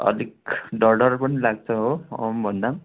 अलिक डर डर पनि लाग्छ हो आऊँ भन्दा